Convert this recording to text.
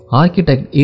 architect